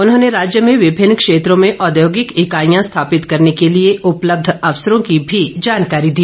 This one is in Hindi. उन्होंने राज्य में विभिन्न क्षेत्रों में औद्योगिक इकाईयां स्थापित करने के लिए उपलब्ध अवसरों की भी जानकारी दी